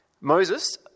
Moses